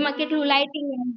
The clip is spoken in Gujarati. એમાં કેટલું લાઇટિંગ